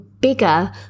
bigger